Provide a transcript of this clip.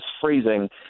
freezing